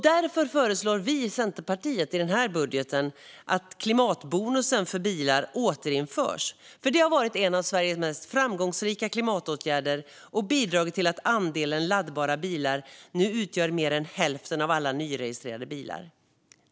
Därför föreslår Centerpartiet i sin budget att klimatbonusen för bilar återinförs, för det har varit en av Sveriges mest framgångsrika klimatåtgärder. Den har bidragit till att andelen laddbara bilar nu utgör mer än hälften av alla nyregistrerade bilar.